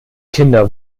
kinder